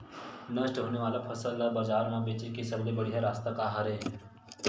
नष्ट होने वाला फसल ला बाजार मा बेचे के सबले बढ़िया रास्ता का हरे?